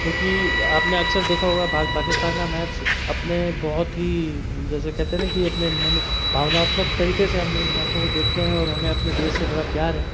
क्योंकि आपने अक्सर देखा होगा भारत पाकिस्तान का मैच अपने बहुत ही जैसे कहते हैं ना कि अपने मन भावनात्मक तरीके से हम उन मैचों को देखते हैं और हमें अपने देस से बड़ा प्यार है